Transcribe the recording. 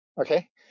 Okay